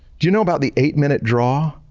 do you know about the eight minute draw?